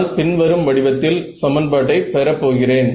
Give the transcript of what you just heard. நான் பின்வரும் வடிவத்தில் சமன்பாட்டை பெற போகிறேன்